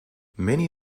many